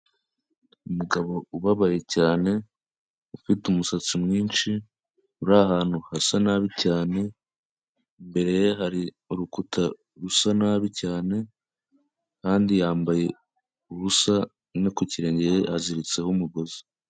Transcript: Umugabo ubabaye cyane ufite umusatsi mwinshi, uri ahantu hasa nabi cyane, imbereye hari urukuta rusa nabi cyane kandi yambaye ubusa no ku kirenge aziritseho umugozi.